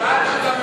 שאלתי אותם אם הם,